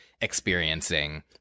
experiencing